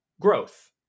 growth